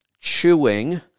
chewing